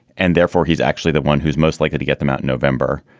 and therefore, he's actually the one who's most likely to get them out in november.